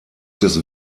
des